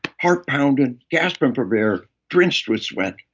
heart pounded, gasping for air, drenched with sweat,